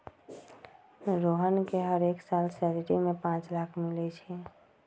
रोहन के हरेक साल सैलरी में पाच लाख मिलई छई